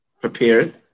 Prepared